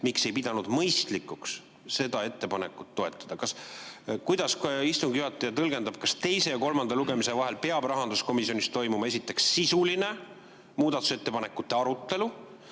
– ei pidanud mõistlikuks seda ettepanekut toetada. Kuidas istungi juhataja tõlgendab, kas teise ja kolmanda lugemise vahel peab rahanduskomisjonis toimuma sisuline muudatusettepanekute arutelu?